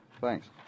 thanks